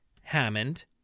Hammond